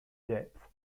depth